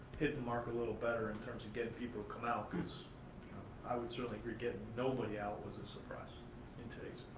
hit the mark a little better in terms of getting people to come out because i would certainly agree getting nobody out was a surprise in today's